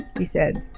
he said,